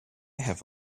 have